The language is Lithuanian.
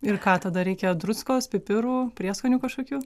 ir ką tada reikia druskos pipirų prieskonių kažkokių